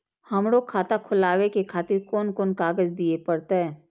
हमरो खाता खोलाबे के खातिर कोन कोन कागज दीये परतें?